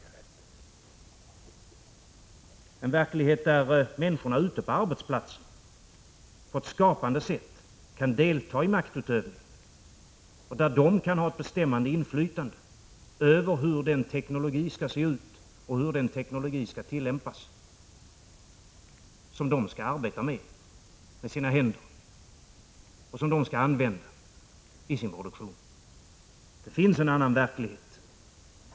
I den verkligheten kan människorna ute på arbetsplatserna på ett skapande sätt delta i maktutövningen, och där kan de ha ett bestämmande inflytande över hur den teknologi skall se ut och tillämpas som de skall arbeta med med sina händer och som de skall använda i sin produktion.